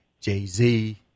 Jay-Z